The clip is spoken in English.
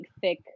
thick